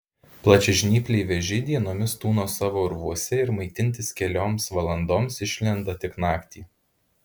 plačiažnypliai vėžiai dienomis tūno savo urvuose ir maitintis kelioms valandoms išlenda tik naktį